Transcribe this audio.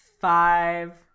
five